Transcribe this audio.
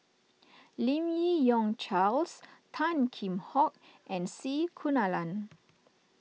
Lim Yi Yong Charles Tan Kheam Hock and C Kunalan